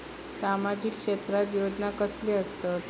सामाजिक क्षेत्रात योजना कसले असतत?